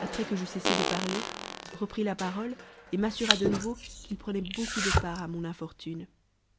après que j'eus cessé de parler reprit la parole et m'assura de nouveau qu'il prenait beaucoup de part à mon infortune